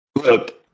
Look